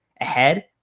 ahead